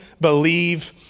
believe